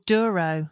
Duro